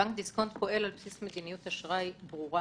בנק דיסקונט פועל על בסיס מדיניות אשראי ברורה,